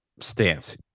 stance